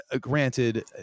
granted